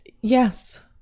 Yes